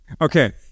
Okay